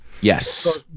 Yes